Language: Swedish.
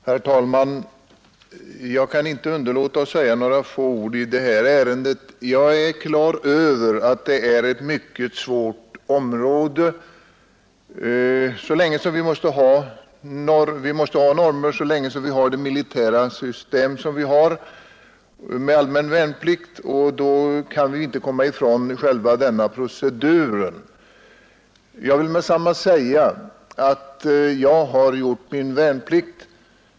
Herr talman! Jag kan inte underlåta att säga några få ord i det här ärendet, Jag är på det klara med att det är ett mycket svårt område, men så länge vi har det militära systemet med värnplikt måste vi ha normer, och då kan vi inte komma ifrån denna procedur med en prövning av ansökan om värnpliktsbefrielse. Jag vill genast säga att jag har gjort min värnplikt.